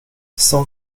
cent